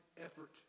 effort